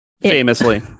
famously